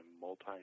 multi